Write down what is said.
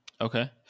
okay